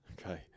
Okay